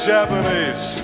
Japanese